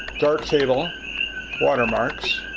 darktable watermarks